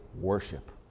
worship